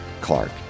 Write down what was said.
Clark